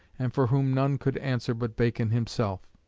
and for whom none could answer but bacon himself.